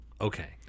Okay